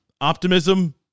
optimism